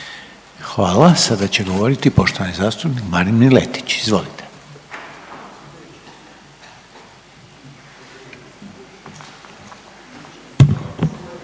završno će govoriti poštovani zastupnik Marin Miletić. Izvolite.